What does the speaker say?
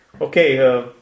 Okay